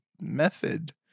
method